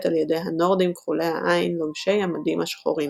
על ידי הנורדים כחולי העין לובשי המדים השחורים.